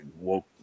woke